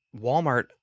Walmart